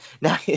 now